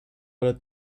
ale